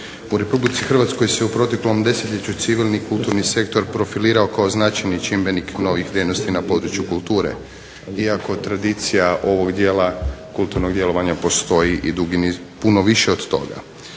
u RH se u proteklom desetljeću civilni i kulturni sektor profilirao kao značajni čimbenik novih vrijednosti na području kulture iako tradicija ovog dijela kulturnog djelovanja postoji i puno više od toga.